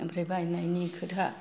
ओमफ्राय बायनायनि खोथा